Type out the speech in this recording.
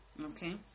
Okay